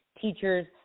teachers